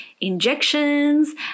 injections